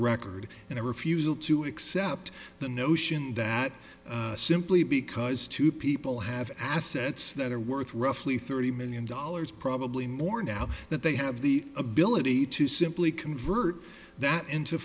record and a refusal to accept the notion that simply because two people have assets that are worth roughly thirty million dollars probably more now that they have the ability to simply convert that into